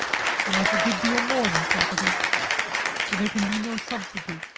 and that's a good deal more than property for there can be no substitute.